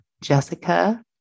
Jessica